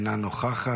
אינה נוכחת.